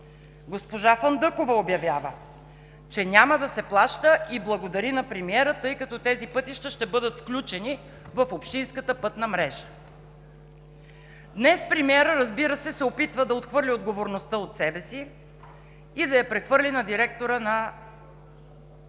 Госпожа Фандъкова обявява, че няма да се плаща, и благодари на премиера, тъй като тези пътища ще бъдат включени в общинската пътна мрежа. Днес премиерът, разбира се, се опитва да отхвърли отговорността от себе си и да я прехвърли на директора на